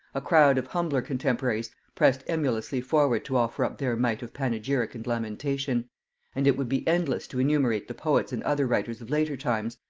a crowd of humbler contemporaries pressed emulously forward to offer up their mite of panegyric and lamentation and it would be endless to enumerate the poets and other writers of later times,